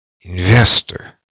investor